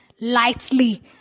lightly